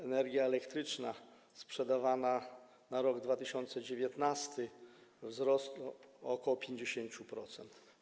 Energia elektryczna sprzedawana na rok 2019 - wzrost o ok. 50%.